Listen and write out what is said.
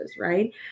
Right